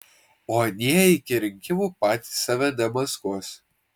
o anie iki rinkimų patys save demaskuos